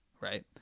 right